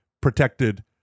protected